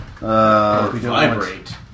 Vibrate